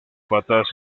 patas